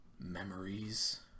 Memories